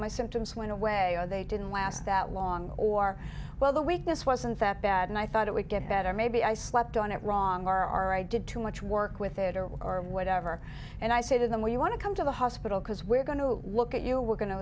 my symptoms went away or they didn't last that long or well the weakness wasn't that bad and i thought it would get better maybe i slept on it wrong or i did too much work with it or or whatever and i say to them when you want to come to the hospital because we're going to look at you we're going to